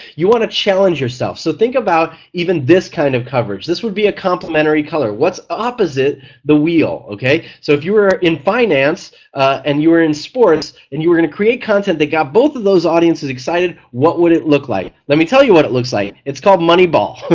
you want to challenge yourself, so think about even this kind of coverage. this would be a complementary color, what's opposite the wheel so if you were in finance and you were in sports and you were going to create content that got both of those audiences excited, what would it look like? let me tell you what it looks like, it's call moneyball,